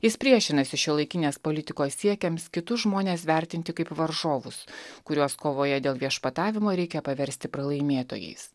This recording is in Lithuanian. jis priešinasi šiuolaikinės politikos siekiams kitus žmones vertinti kaip varžovus kuriuos kovoje dėl viešpatavimo reikia paversti pralaimėtojais